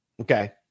Okay